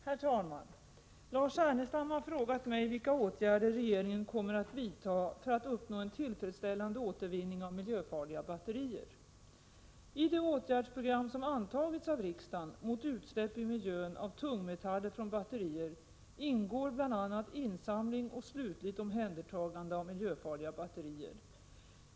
Herr talman! Lars Ernestam har frågat mig vilka åtgärder regeringen kommer att vidta för att uppnå en tillfredsställande återvinning av miljöfarliga batterier. I det åtgärdsprogram som antagits av riksdagen mot utsläpp i miljön av tungmetaller från batterier ingår bl.a. insamling och slutligt omhändertagande av miljöfarliga batterier.